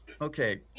Okay